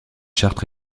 charte